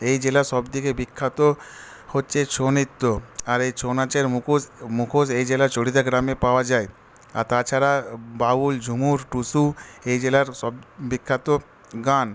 এই জেলার সব থেকে বিখ্যাত হচ্ছে ছৌ নৃত্য আর এই ছৌ নাচের মুখোশ মুখোশ এই জেলার চড়িদা গ্রামে পাওয়া যায় আর তাছাড়া বাউল ঝুমুর টুসু এই জেলার সব বিখ্যাত গান